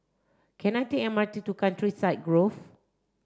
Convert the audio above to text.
can I take M R T to Countryside Grove